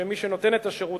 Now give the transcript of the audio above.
שמי שנותן את השירות,